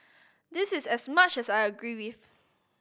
this is as much as I agree with